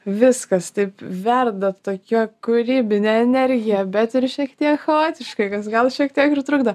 viskas taip verda tokia kūrybine energija bet ir šiek tiek chaotiškai kas gal šiek tiek ir trukdo